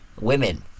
women